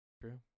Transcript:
True